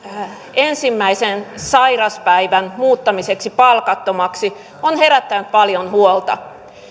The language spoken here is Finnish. ensimmäisen sairaspäivän muuttamiseksi palkattomaksi on herättänyt paljon huolta